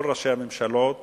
כל ראשי הממשלות